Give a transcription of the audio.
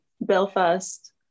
Belfast